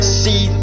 see